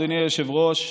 אדוני היושב-ראש,